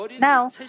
Now